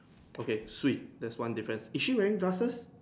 okay Swee that's one difference is she wearing glasses